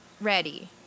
ready